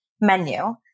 menu